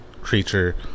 creature